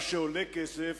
מה שעולה כסף